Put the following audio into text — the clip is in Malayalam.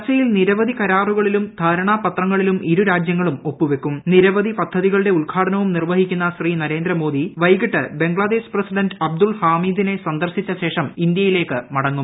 ചർച്ചയിൽ നിരവധി കരാറ്റുകളിലും ധാരണാപത്രങ്ങളിലും ഇരു രാജ്യങ്ങളും ഒപ്പു വയ്ക്കുക ്നിരവധി പദ്ധതികളുടെ ഉദ്ഘാടനം നിർവ്വഹിക്കുന്ന് ശ്രീ പ്രക്രേന്ദ്രമോദി വൈകിട്ട് ബംഗ്ലാദേശ് പ്രസിഡന്റ് അബ്ദുൾ ഹാ്മിദിനെ സന്ദർശിച്ച ശേഷം ഇന്ത്യയിലേക്ക് മടങ്ങും